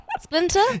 splinter